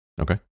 Okay